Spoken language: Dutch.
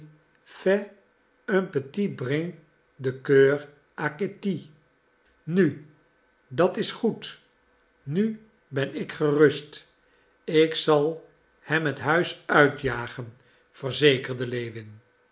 petit brin de cour à kitty nu dat is goed nu ben ik gerust ik zal hem het huis uitjagen verzekerde lewin